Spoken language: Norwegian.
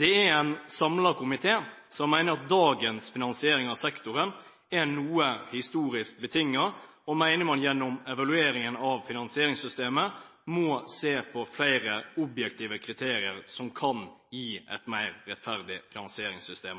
En samlet komité mener at dagens finansiering av sektoren er noe historisk betinget, og at man gjennom evalueringen av finansieringssystemet må se på flere objektive kriterier som kan gi et mer rettferdig finansieringssystem.